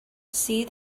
see